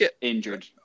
injured